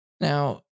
Now